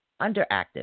underactive